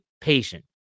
patient